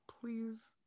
Please